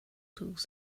tools